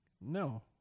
No